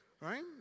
Right